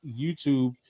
YouTube